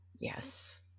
Yes